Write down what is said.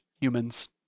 humans